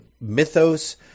mythos